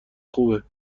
خوبه